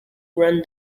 run